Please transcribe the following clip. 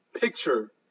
picture